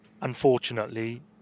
unfortunately